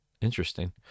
Interesting